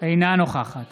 אינה נוכחת